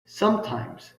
sometimes